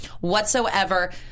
whatsoever